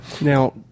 Now